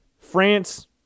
France